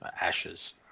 ashes